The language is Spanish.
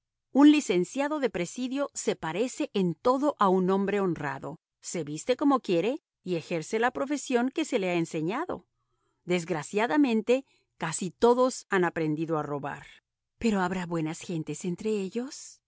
un licenciado de presidio se parece en todo a un hombre honrado se viste como quiere y ejerce la profesión que se le ha enseñado desgraciadamente casi todos han aprendido a robar pero habrá buenas gentes entre ellos